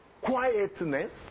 quietness